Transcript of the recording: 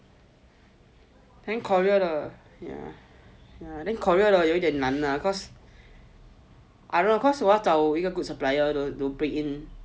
then Korea 的 yeah ya then Korea 的有点难 lah cause I don't know cause 我要找一个 good supplier to do break in